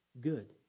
good